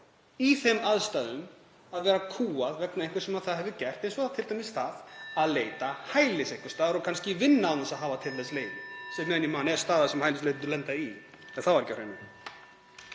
í þeim aðstæðum að vera kúgað vegna einhvers sem það hefur gert, eins og t.d. það að leita hælis einhvers staðar og kannski að vinna án þess að hafa til þess leyfi, sem er, meðan ég man, staða sem hælisleitendur lenda í, ef það var ekki á hreinu.